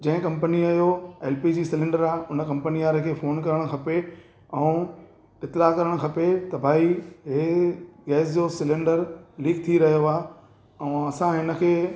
जंहिं कंपनीअ जो पी जी सिलेंडर आहे हुन कंपनी वारे खे फ़ोन करणु खपे ऐं इतिलाउ करणु खपे त भई इहो गैस जो सिलेंडर लीक थी रहियो आहे ऐं असां हिनखे